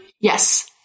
Yes